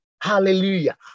Hallelujah